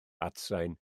atsain